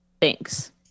thanks